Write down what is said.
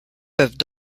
peuvent